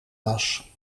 was